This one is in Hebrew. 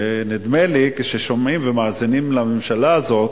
ונדמה לי, כששומעים ומאזינים לממשלה הזאת,